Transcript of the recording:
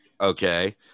okay